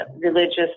religious